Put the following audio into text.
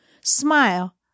smile